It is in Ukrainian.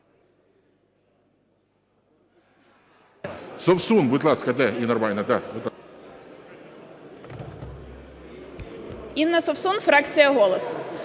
Інна Совсун, фракція "Голос".